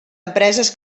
empreses